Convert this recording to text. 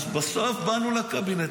אז בסוף באנו לקבינט.